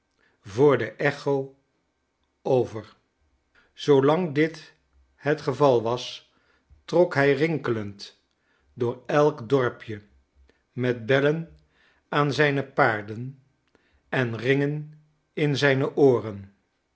voor de echo over zoolang dit het geval was trok hij rinkelend door elk dorpje met bellen aan zijne paarden en ringen in zijne ooren